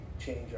change